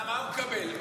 מה הוא מקבל?